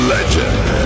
Legend